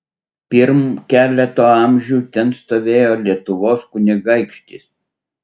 pirm keleto amžių ten stovėjo lietuvos kunigaikštis